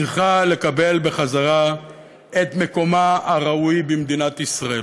צריכה לקבל בחזרה את מקומה הראוי במדינת ישראל.